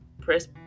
press